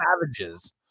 savages